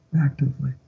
actively